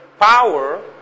power